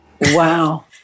Wow